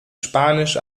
spanisch